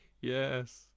yes